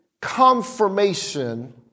confirmation